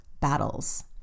battles